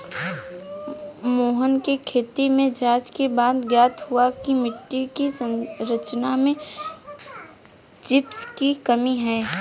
मोहन के खेत में जांच के बाद ज्ञात हुआ की मिट्टी की संरचना में जिप्सम की कमी है